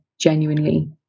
genuinely